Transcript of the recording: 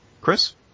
Chris